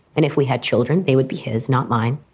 and if we had children, they would be his, not mine.